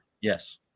Yes